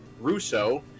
Russo